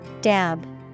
Dab